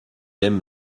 aime